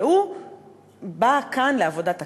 והוא בא כאן לעבודת הכנסת,